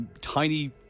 tiny